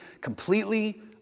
completely